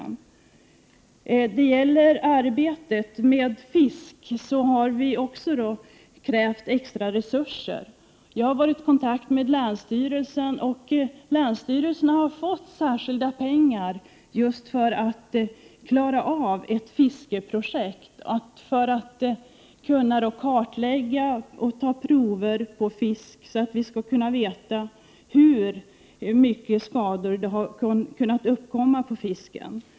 När det gäller arbetet med fisk har vi också krävt extra resurser. Jag har varit i kontakt med länsstyrelsen, som har fått särskilda pengar för att klara av ett fiskeprojekt. Man skall göra en kartläggning och ta prover på fisk, så att vi skall kunna mäta hur omfattande skador som har kunnat uppkomma på fisken.